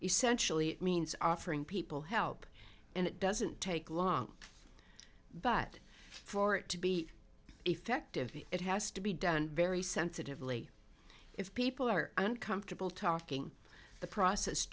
essentially means offering people help and it doesn't take long but for it to be effective it has to be done very sensitively if people are uncomfortable talking the process